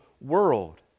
world